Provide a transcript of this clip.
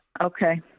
Okay